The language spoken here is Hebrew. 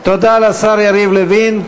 תודה לשר יריב לוין.